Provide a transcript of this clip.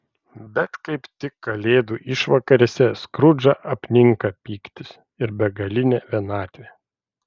bet kaip tik kalėdų išvakarėse skrudžą apninka pyktis ir begalinė vienatvė